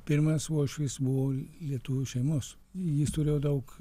pirmas uošvis buvo lietuvių šeimos jis turėjo daug